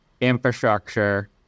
infrastructure